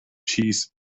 cheese